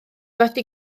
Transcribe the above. wedi